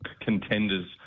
contenders